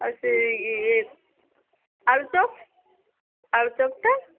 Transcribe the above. ଆଉ ସେ ଆଳୁଚପ୍ ଆଳୁଚପ୍ଟା